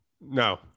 no